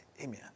amen